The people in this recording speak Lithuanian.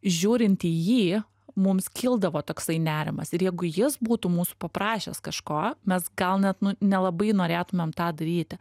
žiūrint į jį mums kildavo toksai nerimas ir jeigu jis būtų mūsų paprašęs kažko mes gal net nelabai norėtumėm tą daryti